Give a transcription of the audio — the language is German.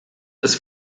ist